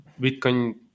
Bitcoin